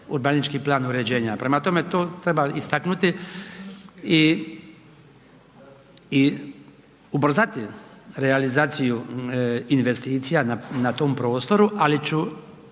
urbanistički plan uređenja. Prema tome, to treba istaknuti i ubrzati realizaciju investicija na tom prostoru ali ću